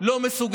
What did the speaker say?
כשאתם לא בודקים.